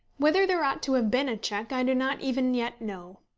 whether there ought to have been a cheque i do not even yet know.